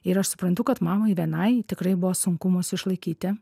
ir aš suprantu kad mamai vienai tikrai buvo sunku mus išlaikyti